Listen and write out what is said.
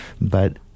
But-